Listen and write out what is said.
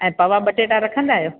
ऐं पवा बटेटा रखंदा आहियो